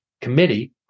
committee